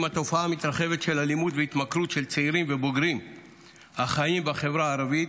התופעה המתרחבת של אלימות והתמכרות של צעירים ובוגרים החיים בחברה הערבית.